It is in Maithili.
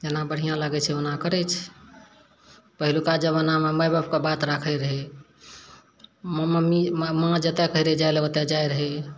जेना बढ़िआँ लागैत छै ओना करैत छै पहिलुका जबानामे माय बापकऽ बात राखैत रहै मम्मी माँ जतऽ कहै रहै जाइ लऽ ओतऽ जाइत रहै